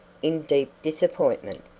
in deep disappointment.